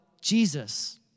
Jesus